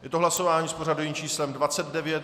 Je to hlasování s pořadovým číslem 29.